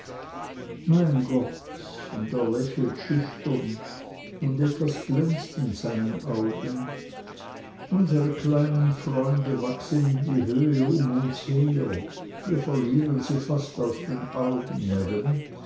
mein gott und er lächelt schüchtern und etwas glänzt in seinen augen unsere kleinen freunde wachsen in die höhe um uns her wir verlieren sie fast aus den augen